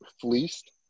fleeced